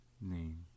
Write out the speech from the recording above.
name